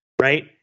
right